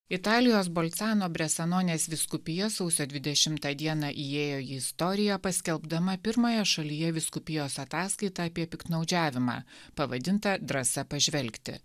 italijos bolcano bresanonės vyskupija sausio dvidešimtą dieną įėjo į istoriją paskelbdama pirmąją šalyje vyskupijos ataskaitą apie piktnaudžiavimą pavadintą drąsa pažvelgti